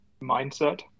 Mindset